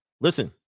Listen